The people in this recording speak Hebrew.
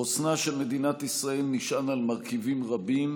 חוסנה של מדינת ישראל נשען על מרכיבים רבים.